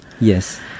Yes